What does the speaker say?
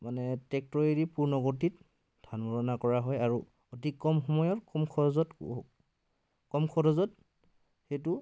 মানে ট্ৰেক্টৰেদি পূৰ্ণগতিত ধান মৰণা কৰা হয় আৰু অতি কম সময়ত কম খৰচত কম খৰচত সেইটো